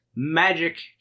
Magic